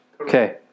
Okay